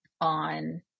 on